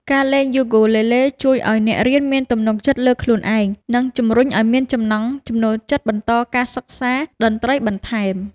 ការលេងយូគូលេលេជួយឲ្យអ្នករៀនមានទំនុកចិត្តលើខ្លួនឯង និងជំរុញឲ្យមានចំណង់ចំណូលចិត្តបន្តការសិក្សាតន្ត្រីបន្ថែម។